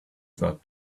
that